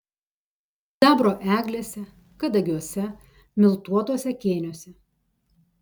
sidabro eglėse kadagiuose miltuotuose kėniuose